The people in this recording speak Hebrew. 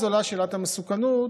אז עולה שאלת המסוכנות,